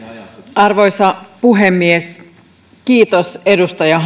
arvoisa puhemies kiitos edustaja